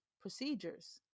procedures